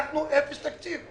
אנחנו על אפס תקציב.